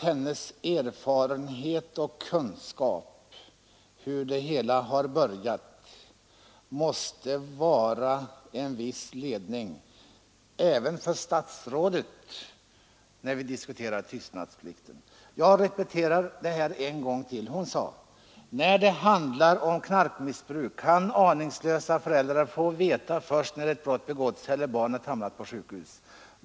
Hennes erfarenheter och kunskap om hur det hela började måste väl vara till viss ledning även för statsrådet när det gäller tystnadsplikten. Jag återger hennes uttalande en gång till. Hon sade: När det handlar om knarkmissbruk kan aningslösa föräldrar få veta detta först när ett brott begåtts eller när barnet hamnar på sjukhus.